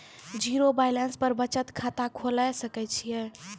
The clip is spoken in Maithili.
जीरो बैलेंस पर बचत खाता खोले सकय छियै?